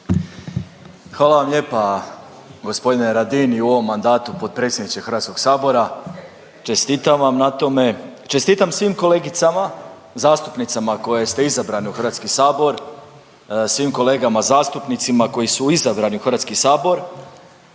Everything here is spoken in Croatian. Hvala vam lijepa g. Radin i u ovom mandatu potpredsjedniče HS, čestitam vam na tome. Čestitam svim kolegicama, zastupnicama koje ste izabrane u HS, svim kolegama zastupnicima koji su izabrani u HS i budući